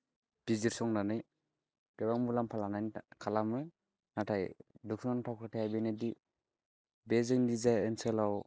बिजिरसंनानै गोबां मुलाम्फा लानानै खालामो नाथाय दुखुनांथाव खोथाया बेनोदि बे जोंनि जाय ओनसोलाव